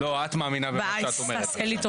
לא, את מאמינה במה שאת אומרת.